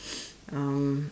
um